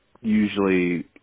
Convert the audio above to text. usually –